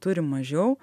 turim mažiau